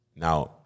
Now